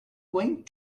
going